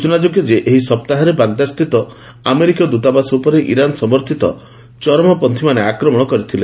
ସୂଚନା ଯୋଗ୍ୟ ଯେ ଏହି ସପ୍ତାହରେ ବାଗଦାଦ୍ ସ୍ଥିତ ଆମେରିକୀୟ ଦୂତାବାସ ଉପରେ ଇରାନ୍ ସମର୍ଥିତ ଚରମପନ୍ଥୀମାନେ ଆକ୍ରମଣ କରିଥିଲେ